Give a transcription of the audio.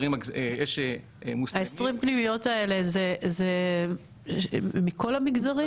20 הפנימיות האלה זה מכל המגזרים?